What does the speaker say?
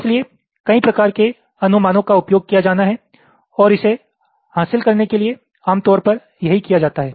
इसलिए कई प्रकार के अनुमानों का उपयोग किया जाना है और इसे हासिल करने के लिए आमतौर पर यही किया जाता है